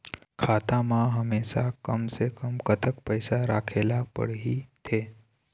खाता मा हमेशा कम से कम कतक पैसा राखेला पड़ही थे?